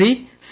E C